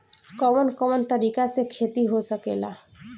कवन कवन तरीका से खेती हो सकेला